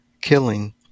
killing